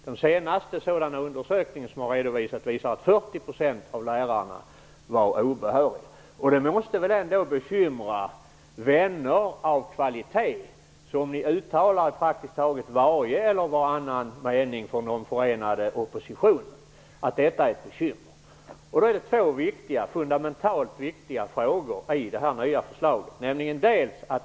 Den senaste undersökning av den typen som har redovisats visar att 40 % av lärarna var obehöriga. Det måste väl ändå bekymra vänner av kvalitet. Den förenade oppositionen uttalar i praktiskt taget varje mening att detta är ett bekymmer. Det finns två fundamentalt viktiga frågor i det nya förslaget.